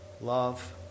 love